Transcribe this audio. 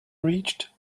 reached